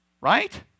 Right